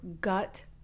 gut